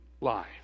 life